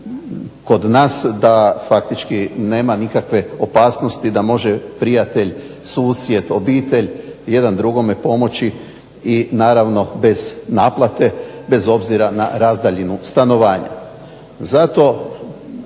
kod nas da faktički nema nikakve opasnosti da može prijatelj, susjed, obitelj jedan drugome pomoći na naravno bez naplate i bez obzira na razdaljinu stanovanja.